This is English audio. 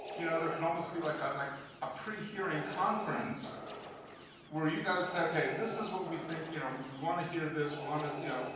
you know, there could almost be like ah like a pre-hearing conference where you guys say, ok, this is what we think, you know, we want to hear this, we want to, you know,